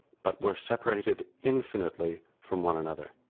but were separated infinitely from one another,